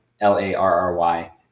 l-a-r-r-y